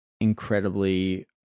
incredibly